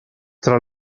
tra